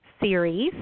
Series